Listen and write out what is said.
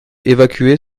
évacuer